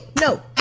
no